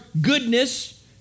goodness